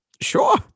Sure